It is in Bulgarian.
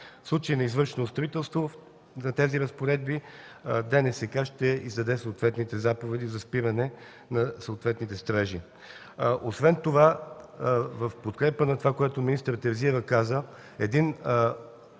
В случай на извършено строителство, за тези разпоредби ДНСК ще издаде съответните заповеди за спиране на съответните строежи. В подкрепа на това, което каза министър Терзиева, един